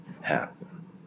happen